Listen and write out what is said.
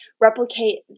replicate